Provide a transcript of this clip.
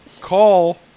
call